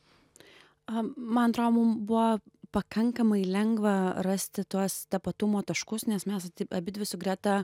a man atrodo mum buvo pakankamai lengva rasti tuos tapatumo taškus nes mes taip abidvi su greta